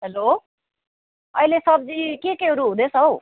hello अहिले सब्जी के केहरू हुँदैछ हौ